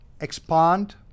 expand